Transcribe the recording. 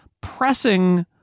pressing